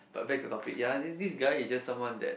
but back to topic ya this this guy is just someone that